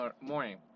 morning